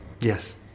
Yes